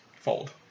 fold